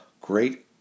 great